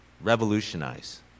Revolutionize